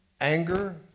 anger